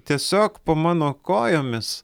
tiesiog po mano kojomis